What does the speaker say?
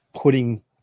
putting